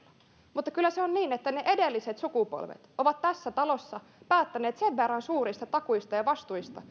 mutta kyllä se on niin että ne edelliset sukupolvet ovat tässä talossa päättäneet sen verran suurista takuista ja vastuista